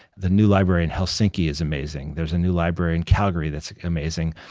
the new library in helsinki is amazing. there's a new library in calgary that's amazing.